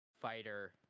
Fighter